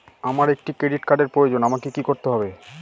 আমার একটি ক্রেডিট কার্ডের প্রয়োজন আমাকে কি করতে হবে?